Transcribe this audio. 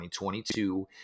2022